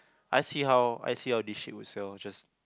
I see how I see how this shit would sell just